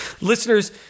Listeners